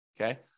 okay